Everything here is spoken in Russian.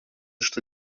что